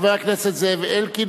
חבר הכנסת זאב אלקין,